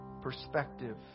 perspective